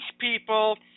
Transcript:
people